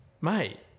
mate